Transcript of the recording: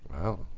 Wow